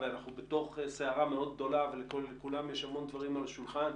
ואנחנו בתוך סערה מאוד גדולה ולכולם יש המון דברים על השולחן,